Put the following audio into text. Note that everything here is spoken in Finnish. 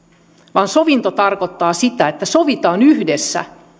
vaan sovinto tarkoittaa sitä että sovitaan yhdessä